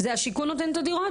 השיכון נותן את הדירות?